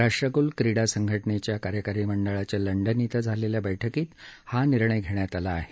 राष्ट्रकूल क्रीडा संघटनेच्या कार्यकारी मंडळाच्या लंडन इथं झालेल्या बैठकीत हा निर्णय घेण्यात आला आहे